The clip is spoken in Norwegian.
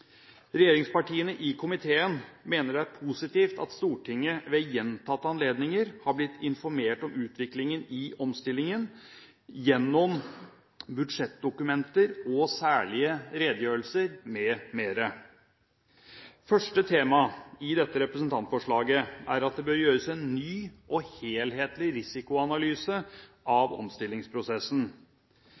regjeringspartiene. Regjeringspartiene i komiteen mener det er positivt at Stortinget ved gjentatte anledninger er blitt informert om utviklingen i omstillingen gjennom budsjettdokumenter og særlige redegjørelser m.m. Første tema i dette representantforslaget er at det bør gjøres en ny og helhetlig risikoanalyse av omstillingsprosessen.